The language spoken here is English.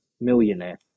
millionaire